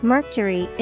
Mercury